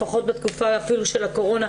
לפחות בתקופה של הקורונה,